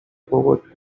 forgot